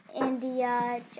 India